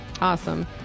Awesome